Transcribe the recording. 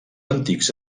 antics